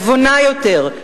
נבונה יותר,